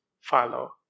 follow